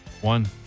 One